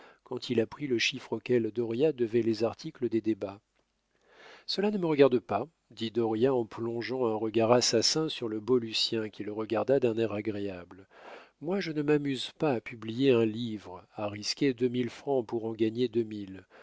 quand il apprit le chiffre auquel dauriat devait les articles des débats cela ne me regarde pas dit dauriat en plongeant un regard assassin sur le beau lucien qui le regarda d'un air agréable moi je ne m'amuse pas à publier un livre à risquer deux mille francs pour en gagner deux